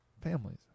families